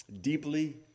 deeply